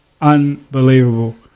Unbelievable